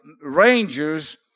rangers